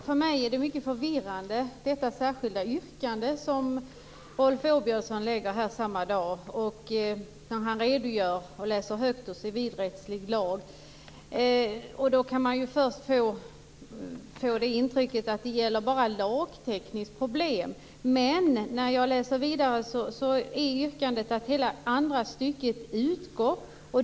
Herr talman! För mig är detta särskilda yrkande som Rolf Åbjörnsson lagt fram förvirrande. Han läser högt ur civilrättslig lagstiftning. Man kan först få intrycket att det hela bara är ett lagtekniskt problem. Men i yrkandet framgår att hela andra stycket skall utgå.